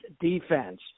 defense